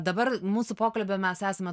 dabar mūsų pokalbio mes esame